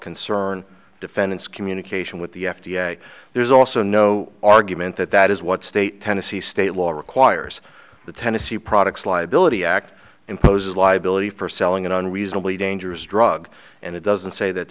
concern defendants communication with the f d a there's also no argument that that is what state tennessee state law requires the tennessee products liability act imposes liability for selling an unreasonably dangerous drug and it doesn't say that